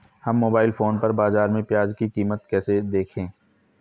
हम mobile phone पर बाज़ार में प्याज़ की कीमत कैसे देखें?